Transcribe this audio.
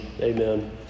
Amen